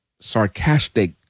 sarcastic